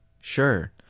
Sure